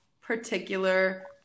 particular